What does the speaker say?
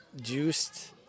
juiced